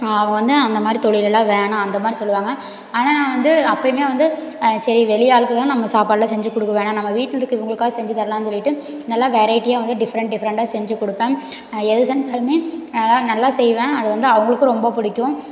அவங்க வந்து இந்த மாதிரி தொழிலெல்லாம் வேணாம் அந்த மாதிரி சொல்லுவாங்க ஆனால் நான் வந்து அப்போயுமே வந்து சரி வெளி ஆளுக்குதான் நம்ம சாப்பாடலாம் செஞ்சு கொடுக்க வேணாம் நம்ம வீட்டில் இருக்கற இவங்களுக்காக செஞ்சித்தர்லாம் சொல்லிகிட்டு நல்லா வெரைட்டியால வந்து டிஃப்ரன்ட் டிஃப்ரன்ட்டாக செஞ்சு கொடுப்பேன் எது செஞ்சாலும் அதெல்லாம் நல்லா செய்வேன் அது வந்து அவங்களுக்கும் ரொம்ப பிடிக்கும்